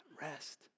rest